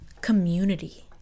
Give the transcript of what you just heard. Community